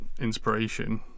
inspiration